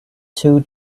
two